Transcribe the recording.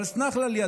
אבל סלח נא לי,